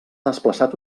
desplaçat